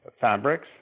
fabrics